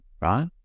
right